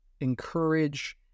encourage